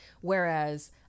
Whereas